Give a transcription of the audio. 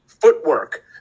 footwork